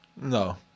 no